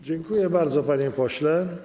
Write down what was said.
Dziękuję bardzo, panie pośle.